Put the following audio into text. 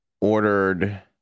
ordered